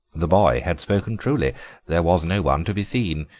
the boy had spoken truly there was no one to be seen.